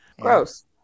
Gross